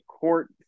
court